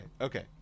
Okay